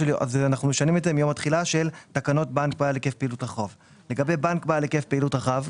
אנחנו משנים את זה מיום התחילה של תקנות בנק בעל היקף פעילות רחב.